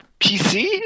PC